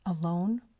alone